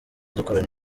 dukorana